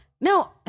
No